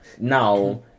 now